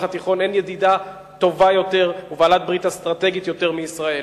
התיכון אין ידידה טובה יותר ובעלת ברית אסטרטגית יותר מישראל.